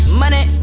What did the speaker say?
money